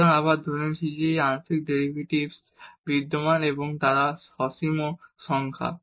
সুতরাং আবার ধরে নিচ্ছি যে এই আংশিক এই ডেরিভেটিভস বিদ্যমান এবং তারা সসীম সংখ্যা